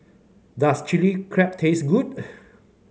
does Chili Crab taste good